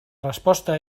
resposta